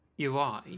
UI